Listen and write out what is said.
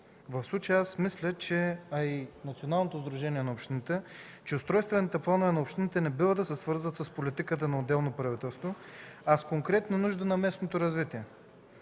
В случая аз мисля, а и Националното сдружение на общините, че устройствените планове на общините не бива да се свързват с политиката на отделно правителство, а с конкретните нужди на местното развитие.